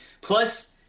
plus